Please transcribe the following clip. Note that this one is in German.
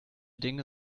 dinge